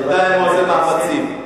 בינתיים הוא עושה מאמצים.